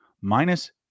minus